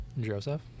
joseph